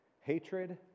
hatred